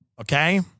Okay